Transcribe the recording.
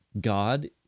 God